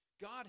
God